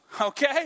okay